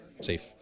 safe